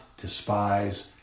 despise